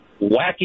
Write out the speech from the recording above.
wacky